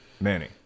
Manny